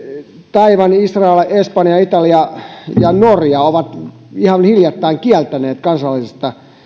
taiwan israel espanja italia ja norja ovat ihan hiljattain kieltäneet kansainväliset